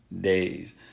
days